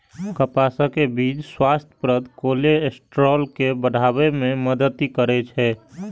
कपासक बीच स्वास्थ्यप्रद कोलेस्ट्रॉल के बढ़ाबै मे मदति करै छै